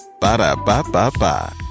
Ba-da-ba-ba-ba